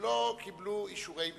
שלא קיבלו אישורי בנייה.